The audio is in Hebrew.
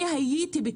אני הייתי רוצה,